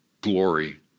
glory